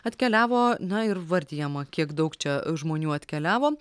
atkeliavo na ir vardijama kiek daug čia žmonių atkeliavo